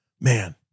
Man